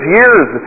years